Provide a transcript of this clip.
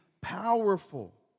powerful